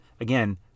again